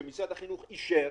שמשרד החינוך אישר